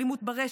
אלימות ברשת,